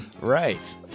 Right